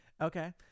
Okay